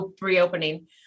reopening